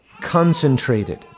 concentrated